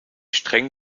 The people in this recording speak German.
streng